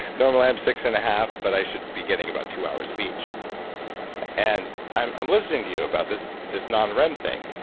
normally i'm six-and-a-half, but i should be getting about two hours of each and i'm i'm listening to you about this this non-rem thing.